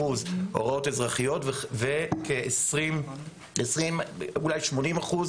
80% הוראות אזרחיות וכ-20% ---.